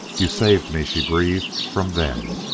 you saved me, she breathed, from them!